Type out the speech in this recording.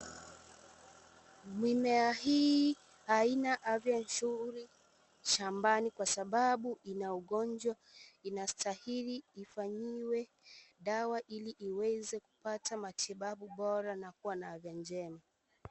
Mimea hii haina afya nzuri shambani kwasababu ina ugonjwa inastahili ifanyiwe dawa ili iweze kupata matibabu bora na kuwa na afya njema.